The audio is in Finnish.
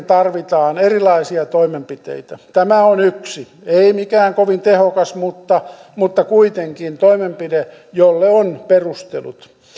tarvitaan erilaisia toimenpiteitä tämä on yksi toimenpide ei mikään kovin tehokas mutta mutta kuitenkin jolle on perustelut